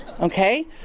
Okay